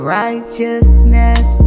righteousness